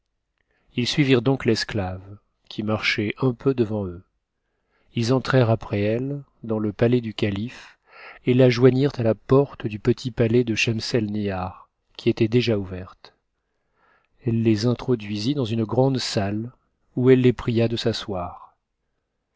ilssuivirent donc l'esclave qui marchait un peu devant eux us entrèrent après elle dans le palais du calife et la joignirent a a porte du petit palais de schemselnihar qui était déjà ouverte ë te les introduisit dans une grande salle où elle les pria de s'asseoir